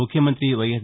ముఖ్యమంత్రి వైఎస్